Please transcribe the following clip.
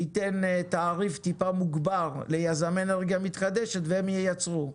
ייתן תעריף מעט מוגבר ליזמי אנרגיה מתחדשת והם ייצרו.